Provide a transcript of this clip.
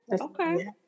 Okay